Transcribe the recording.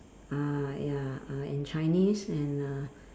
uh ya uh and Chinese and uh